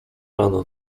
rano